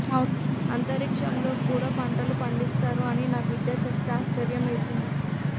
అంతరిక్షంలో కూడా పంటలు పండిస్తారు అని నా బిడ్డ చెప్తే ఆశ్యర్యమేసింది